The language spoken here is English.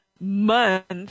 month